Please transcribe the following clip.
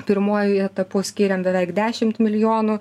pirmuoju etapu skyrėme beveik dešimt milijonų